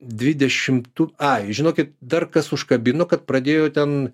dvidešimtų ai žinokit dar kas užkabino kad pradėjo ten